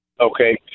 Okay